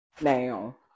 Now